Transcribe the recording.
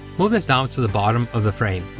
move this down to the bottom of the frame.